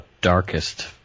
darkest